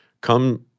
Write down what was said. come